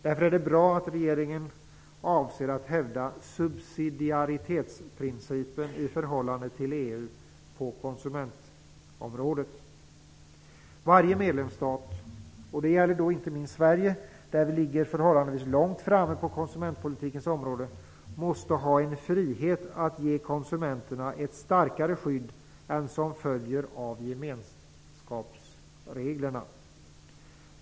Därför är det bra att regeringen avser att hävda subsidiaritetsprincipen i förhållande till EU Varje medlemsstat måste ha en frihet att ge konsumenterna ett starkare skydd än det som följer av gemenskapsreglerna. Detta gäller inte minst Sverige; vi ligger förhållandevis långt framme på konsumentpolitikens område.